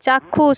চাক্ষুষ